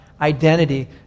identity